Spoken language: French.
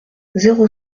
zéro